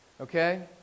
okay